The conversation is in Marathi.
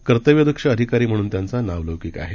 कर्तव्य दक्ष अधिकारी म्हणून त्यांचा नावलौकिक आहे